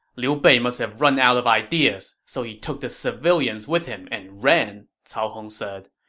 liu bei must have run out of ideas, so he took the civilians with him and ran, cao hong said.